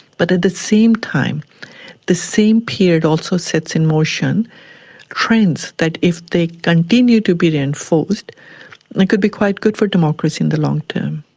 but at the same time the same period also sets in motion trends that if they continue to be enforced and it could be quite good for democracy in the long term.